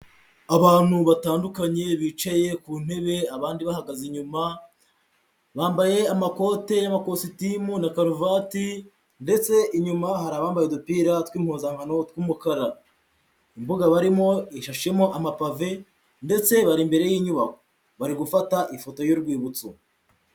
Abantu batandukanye bicaye ku ntebe abandi bahagaze inyuma, bambaye amakote y'amakositimu na karuvati ndetse inyuma hari abambaye udupira tw'impuzankano tw'umukara, imbuga barimo ihishemo amapave ndetse bari imbere y'inyubako bari gufata ifoto y'urwibutso.